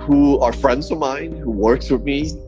who are friends of mine, who works with me,